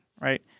right